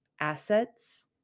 assets